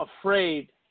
afraid